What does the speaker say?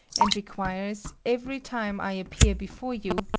and requires, every time i appear before you,